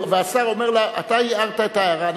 והשר אומר לה, אתה הערת את ההערה הנכונה.